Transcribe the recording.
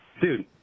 Dude